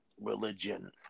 religion